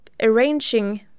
arranging